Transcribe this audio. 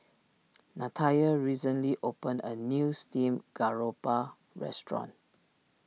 Natalya recently opened a new Steamed Garoupa restaurant